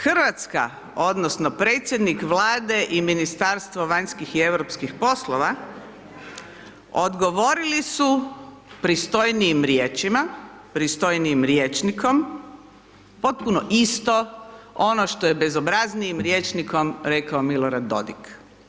Hrvatska odnosno predsjednik Vlade i Ministarstvo vanjskih i europskih poslova odgovorili su pristojnijim riječima, pristojnijim rječnikom potpuno isto ono što je bezobraznijim rječnikom rekao Milorad Dodig.